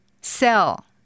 sell